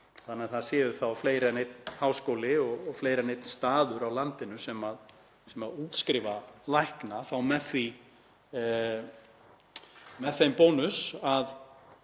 þannig að það séu þá fleiri en einn háskóli og fleiri en einn staður á landinu sem útskrifar lækna þá með þeim bónus að